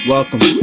Welcome